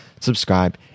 subscribe